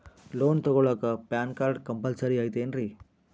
Loan ತೊಗೊಳ್ಳಾಕ PAN card compulsory ಐಯ್ತೇನ್ರಿ?